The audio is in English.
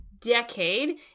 decade